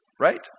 right